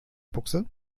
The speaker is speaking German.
buchse